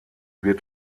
wird